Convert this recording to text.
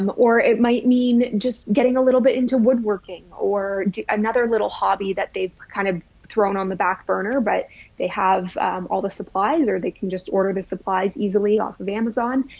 um or it might mean just getting a little bit into woodworking or another little hobby that they've kind of thrown on the back burner, but they have all the supplies or they can just order the supplies easily off of amazon.